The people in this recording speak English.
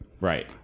Right